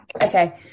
Okay